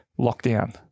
lockdown